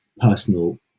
personal